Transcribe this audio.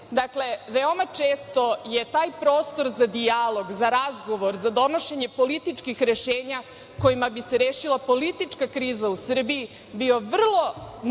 dakle veoma često je taj prostor za dijalog, za razgovor, za donošenje političkih rešenja kojima bi se rešila politička kriza u Srbiji bio vrlo nevešto,